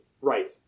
Right